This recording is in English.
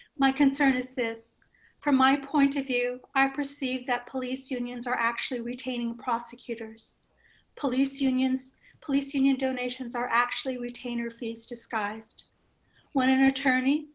my concern is this from my point of view, i perceive that police unions are actually retaining prosecutors police unions police union donations are actually retainer fees disguised anaelisafuentes when an attorney,